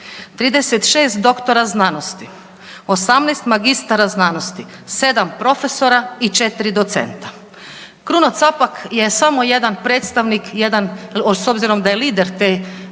36 doktora znanosti, 18 magistara znanosti, 7 profesora i 4 docenta. Kruno Capak je samo jedan predstavnik, s obzirom da je lider te ustanove